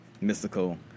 Mystical